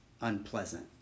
unpleasant